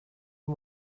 and